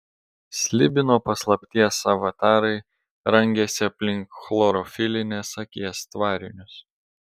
slibino paslapties avatarai rangėsi aplink chlorofilinės akies tvarinius